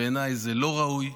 בעיניי זה לא ראוי,